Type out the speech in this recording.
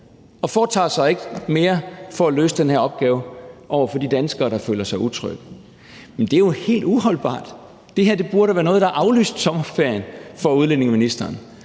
og foretager sig ikke mere for at løse den her opgave for de danskere, der føler sig utrygge. Men det er jo helt uholdbart. Det her burde være noget, der aflyste sommerferien for integrations-